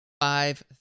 five